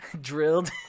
drilled